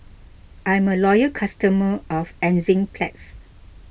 I'm a loyal customer of Enzyplex